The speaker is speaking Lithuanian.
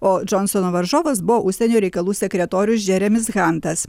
o džonsono varžovas buvo užsienio reikalų sekretorius džeremis hantas